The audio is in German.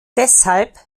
deshalb